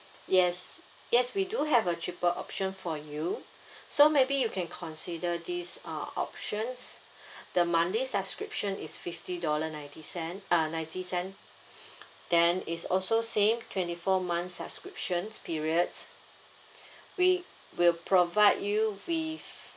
yes yes we do have a cheaper option for you so maybe you can consider this uh option the monthly subscription is fifty dollar ninety cent uh ninety cent then it's also same twenty four months subscriptions period we will provide you with